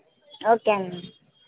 okay అన్న